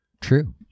True